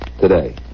today